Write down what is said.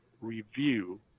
review